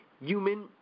human